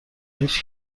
هیچ